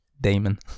Damon